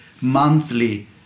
monthly